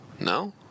No